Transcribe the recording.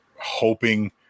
hoping